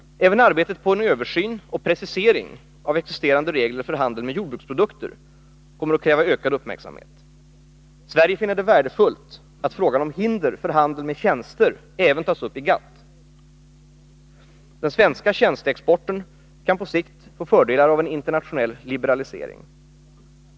Även arbetet på en översyn och precisering av existerande regler för handeln med jordbruksprodukter kommer att kräva ökad uppmärksamhet. Sverige finner det värdefullt att frågan om hinder för handeln med tjänster även tas upp i GATT. Den svenska tjänsteexporten kan på sikt få fördelar av en internationell liberalisering.